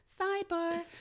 Sidebar